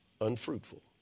unfruitful